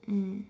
mm